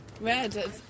Red